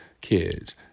kids